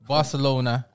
Barcelona